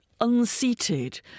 unseated